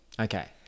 Okay